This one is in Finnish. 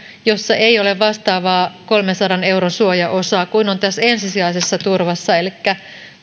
jossa ei ole vastaavaa kolmensadan euron suojaosaa kuin on tässä ensisijaisessa turvassa elikkä